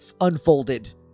unfolded